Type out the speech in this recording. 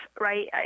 right